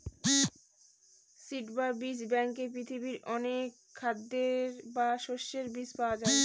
seed বা বীজ ব্যাঙ্কে পৃথিবীর অনেক খাদ্যের বা শস্যের বীজ পাওয়া যায়